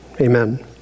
Amen